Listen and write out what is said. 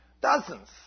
Dozens